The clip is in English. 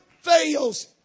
fails